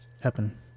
happen